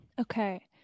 Okay